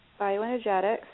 bioenergetics